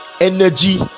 energy